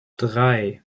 drei